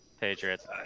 Patriots